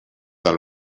del